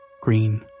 Green